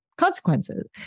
consequences